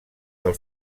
del